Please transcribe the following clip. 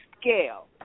scale